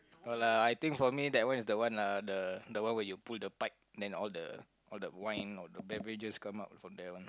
no lah I think for me that one is the one lah the the one where you pull the pipe then all the all the wine or the beverages come out from there one